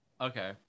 Okay